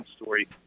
story